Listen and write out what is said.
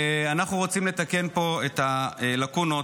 אנחנו רוצים לתקן פה את הלקונות,